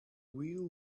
will